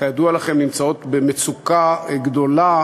כידוע לכם, נמצאות במצוקה גדולה,